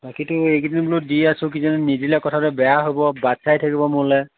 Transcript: বাকীটো এই কেইদিন বোলো দিয়ে আছো কিজানি নিদিলে কথাটো বেয়া হ'ব বাট চাই থাকিব মোলৈ